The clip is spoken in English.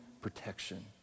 protection